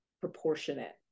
proportionate